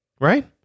right